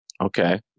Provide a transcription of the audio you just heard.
okay